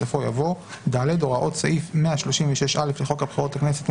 בסופו יבוא: "(ד)הוראות סעיף 136א לחוק הבחירות לכנסת ,